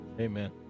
Amen